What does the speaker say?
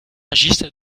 agissent